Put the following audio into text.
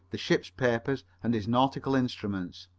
the ship's papers, and his nautical instruments.